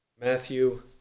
Matthew